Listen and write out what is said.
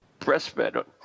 breastfed